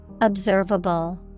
Observable